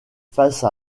face